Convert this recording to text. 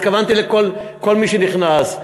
התכוונתי אל כל מי שנכנס.